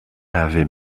ave